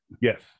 Yes